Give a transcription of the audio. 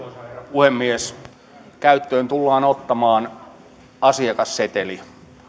puhemies käyttöön tullaan ottamaan asiakasseteli